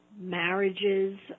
marriages